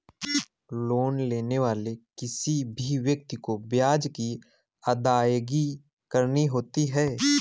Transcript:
loan लेने वाले किसी भी व्यक्ति को ब्याज की अदायगी करनी होती है